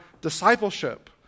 discipleship